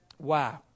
Wow